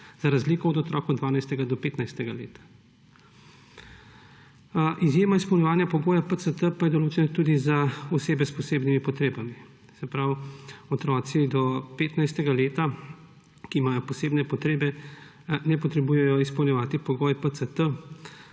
za razliko od otrok od 12. do 15. leta starosti. Izjema izpolnjevanja pogoja PCT pa je določena tudi za osebe s posebnimi potrebami, se pravi otrokom do 15. leta starosti, ki imajo posebne potrebe, ni treba izpolnjevati pogoja PCT,